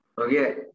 Okay